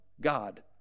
God